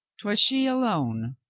twas she alone,